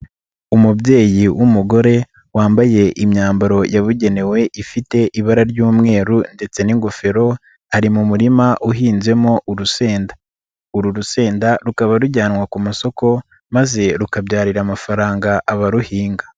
Umubyeyi w'umugore wambaye imyambaro yabugenewe ifite ibara ry'umweru ndetse n'ingofero, ari mu murima uhinzemo urusenda, uru rusenda rukaba rujyanwa ku masoko maze rukabyarira amafaranga abaruhinga.